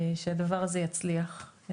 שהדבר הזה יצליח.